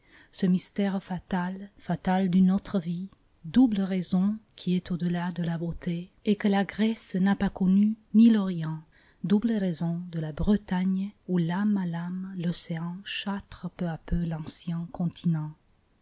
ce mystère fatal fatal d'une autre vie double raison qui est au delà de la beauté et que la grèce n'a pas connue ni l'orient double raison de la bretagne où lame à lame l'océan châtre peu à peu l'ancien continent